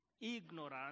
ignorance